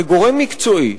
כגורם מקצועי,